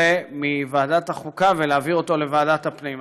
מוועדת החוקה ולהעביר אותו לוועדת הפנים.